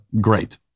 great